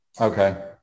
Okay